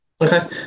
Okay